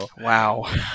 Wow